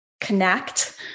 connect